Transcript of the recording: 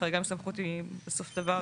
חריגה מסמכות הוא בסוף דבר